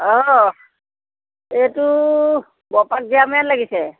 অঁ এইটো লাগিছে